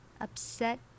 upset